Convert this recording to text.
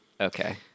Okay